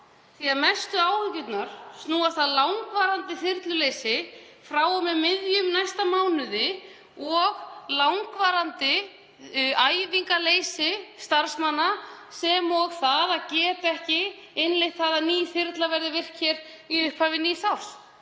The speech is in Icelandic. rangt. Mestu áhyggjurnar snúa að langvarandi þyrluleysi frá og með miðjum næsta mánuði og langvarandi æfingaleysi starfsmanna sem og það að geta ekki innleitt það að ný þyrla verði virk í upphafi nýs árs.